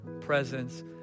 presence